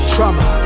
Trauma